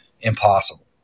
impossible